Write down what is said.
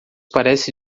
parece